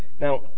Now